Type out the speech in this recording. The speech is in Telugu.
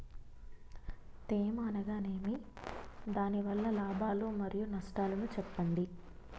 తేమ అనగానేమి? దాని వల్ల లాభాలు మరియు నష్టాలను చెప్పండి?